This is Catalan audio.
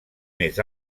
més